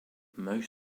most